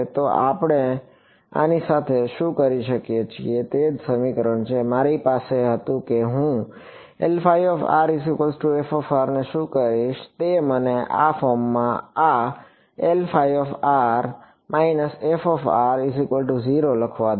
તો આપણે આની સાથે શું કરી શકીએ તે આ જ સમીકરણ છે જે મારી પાસે હતું કે હું શું કરીશ તે મને આ ફોર્મમાં આ લખવા દો